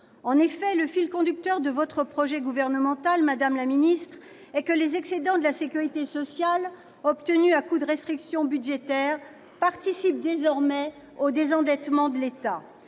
En effet, le fil conducteur de votre projet gouvernemental, madame la ministre, est que les excédents de la sécurité sociale, obtenus à coups de restrictions budgétaires, participent désormais au désendettement de l'État.